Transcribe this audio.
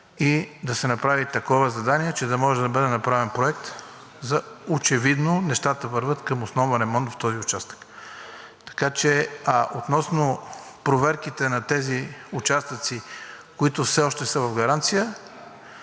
и да се направи такова задание, че да може да бъде направен проект. Очевидно нещата вървят към основен ремонт в този участък. Така че относно проверките на тези участъци, които все още са в гаранция,